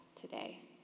today